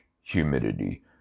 humidity